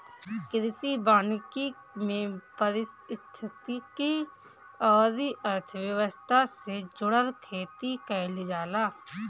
कृषि वानिकी में पारिस्थितिकी अउरी अर्थव्यवस्था से जुड़ल खेती कईल जाला